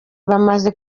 bamaze